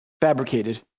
fabricated